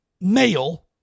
male